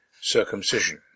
circumcision